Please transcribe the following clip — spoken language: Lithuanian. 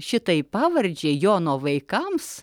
šitai pavardžiai jono vaikams